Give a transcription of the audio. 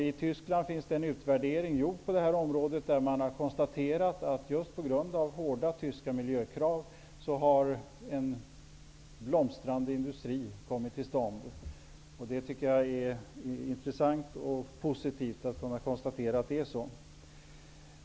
I en utvärdering som gjorts på detta område i Tyskland har det konstaterats att en blomstrande industri har kommit till stånd just på grund av hårda tyska miljökrav. Det är intressant och positivt att kunna konstatera att det är så.